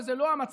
וזה לא המצב.